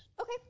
Okay